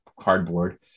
cardboard